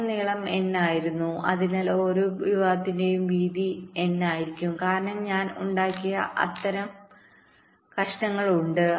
മൊത്തം നീളം n ആയിരുന്നു അതിനാൽ ഓരോ വിഭാഗത്തിന്റെയും വീതി ആയിരിക്കും കാരണം ഞാൻ ഉണ്ടാക്കിയ അത്തരം കഷണങ്ങൾ ഉണ്ട്